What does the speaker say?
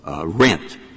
rent